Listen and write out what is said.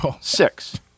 Six